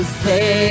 say